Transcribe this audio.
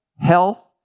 health